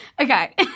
Okay